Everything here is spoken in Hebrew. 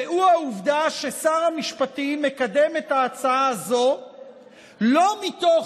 והוא העובדה ששר המשפטים מקדם את ההצעה הזו לא מתוך